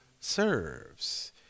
serves